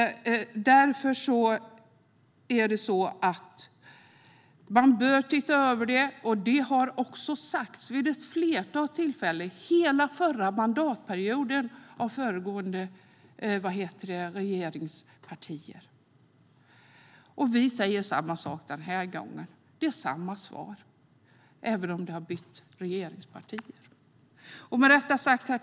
Att man bör titta över det sas vid ett flertal tillfällen under hela förra mandatperioden av dåvarande regeringspartier. Vi säger samma sak den här gången. Det är samma svar, även om regeringspartierna har bytts. Herr talman!